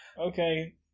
okay